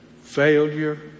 failure